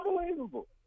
Unbelievable